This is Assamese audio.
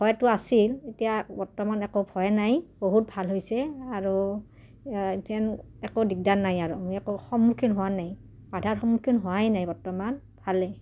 ভয়টো আছিল এতিয়া বৰ্তমান একো ভয় নাই বহুত ভাল হৈছে আৰু ইথেন একো দিগদাৰ নাই আৰু একো সন্মুখীন হোৱা নাই বাধাৰ সন্মুখীন হোৱাই নাই বৰ্তমান ভালেই